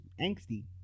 angsty